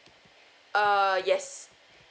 err yes